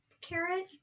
carrot